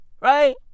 right